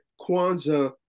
Kwanzaa